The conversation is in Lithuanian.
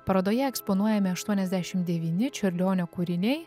parodoje eksponuojami aštuoniasdešim devyni čiurlionio kūriniai